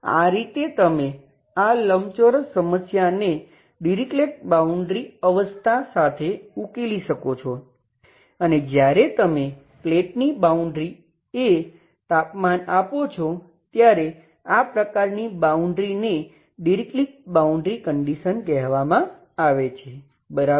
આ રીતે તમે આ લંબચોરસ સમસ્યાને ડિરીક્લેટ બાઉન્ડ્રી અવસ્થા કહેવામાં આવે છે બરાબર